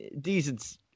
Decent